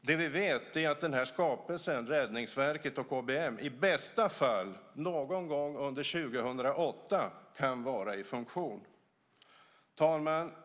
Det vi vet är att den här skapelsen, Räddningsverket och KBM, i bästa fall någon gång under 2008 kan vara i funktion. Fru talman!